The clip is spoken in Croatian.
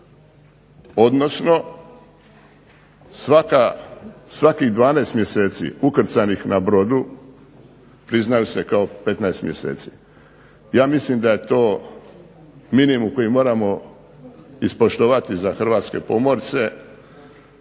Odnosno 12 mjeseci ukrcanih na brodu priznaju se kao 15 mjeseci. Ja mislim da je to minimum koji moramo ispoštovati za Hrvatske pomorce